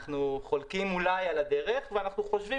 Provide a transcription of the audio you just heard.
אנחנו חולקים אולי על הדרך ואנחנו חושבים